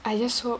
I just hope